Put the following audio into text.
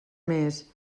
més